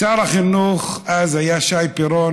שר החינוך אז היה שי פירון.